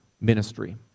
ministry